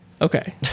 Okay